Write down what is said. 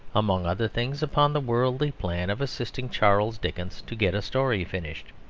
among other things upon the worldly plan of assisting charles dickens to get a story finished.